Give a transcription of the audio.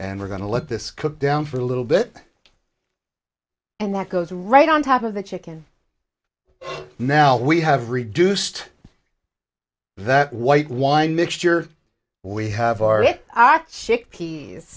and we're going to let this cook down for a little bit and that goes right on top of the chicken now we have reduced that white wine mixture we have